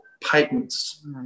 patents